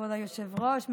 כבוד היושב-ראש.